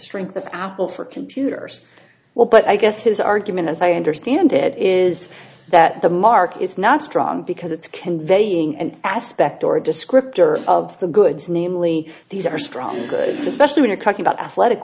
strength of apple for computers well but i guess his argument as i understand it is that the mark is not strong because it's conveying and aspect or a descriptor of the goods namely these are strong especially when a cocky about athletic